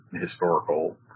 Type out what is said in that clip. historical